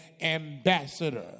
ambassador